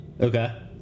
okay